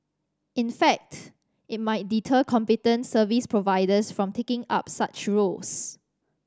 in fact it might deter competent service providers from taking up such roles